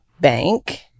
bank